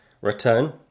Return